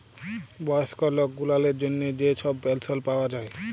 বয়স্ক লক গুলালের জ্যনহে যে ছব পেলশল পাউয়া যায়